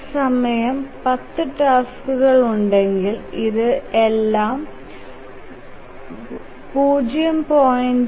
ഈ സമയം 10 ടാസ്ക്സ് ഉണ്ടെങ്കിൽ ഇത് എലാം 0